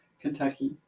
Kentucky